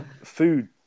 food